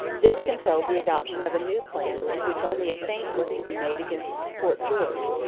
this compelled the adoption of a new plan in which only a feint was to be made against fort george,